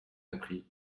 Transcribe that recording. appris